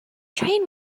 train